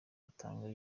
atanga